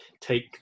take